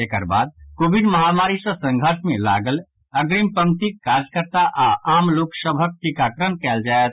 एकर बाद कोविड महामारी सँ संघर्ष मे लागल अग्रिम पंक्तिक कार्यकर्ता आओर आम लोक सभक टीकाकरण कयल जायत